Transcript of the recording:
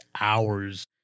hours